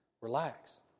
Relax